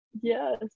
yes